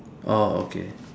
orh okay